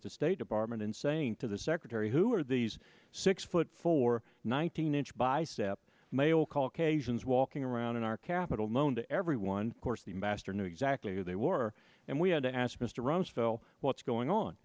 at the state department and saying to the secretary who are these six foot four nineteen inch bicep male caucasians walking around in our capital known to every one course the master knew exactly who they were and we had to ask mr rumsfeld what's going on